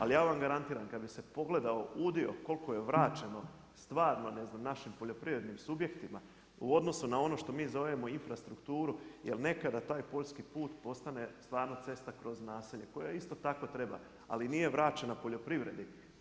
Ali ja vam garantiram kada bi se pogledao udio koliko je vraćeno stvarno našim poljoprivrednim subjektima u odnosima na ono što mi zovemo infrastrukturu jel nekada taj poljski put postane stvarno cesta kroz naselje koja isto tako treba, ali nije vraćena poljoprivredi.